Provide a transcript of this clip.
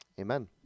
Amen